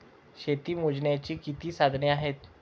शेती मोजण्याची किती साधने आहेत?